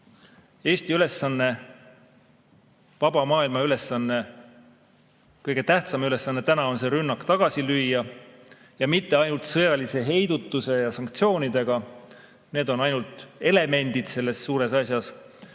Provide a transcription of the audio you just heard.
Eesti ülesanne, vaba maailma ülesanne, kõige tähtsam ülesanne täna on see rünnak tagasi lüüa ja mitte ainult sõjalise heidutuse ja sanktsioonidega. Need on ainult elemendid selles suures asjas,